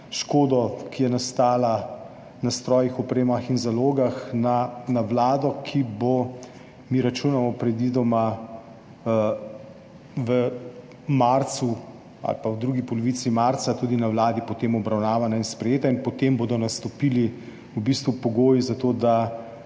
škode, ki je nastala na strojih, opremah in zalogah, na Vlado, ki bo, računamo, predvidoma v marcu ali v drugi polovici marca tudi na Vladi potem obravnavana in sprejeta. In potem bodo nastopili v bistvu pogoji za to, da